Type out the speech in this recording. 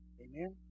Amen